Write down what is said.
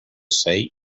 say